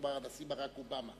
כלומר הנשיא ברק אובמה.